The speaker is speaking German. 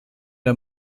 der